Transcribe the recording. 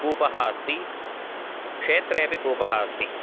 कूपः अस्ति क्षेत्रे अपि कूपः अस्ति